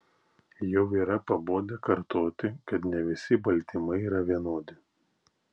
jau yra pabodę kartoti kad ne visi baltymai yra vienodi